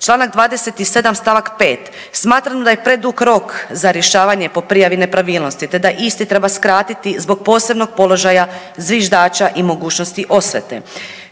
Čl. 27. st. 5., smatram da je predug rok za rješavanje po prijavi nepravilnosti, te da isti treba skratiti zbog posebnog položaja zviždača i mogućnosti osvete.